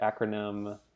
acronym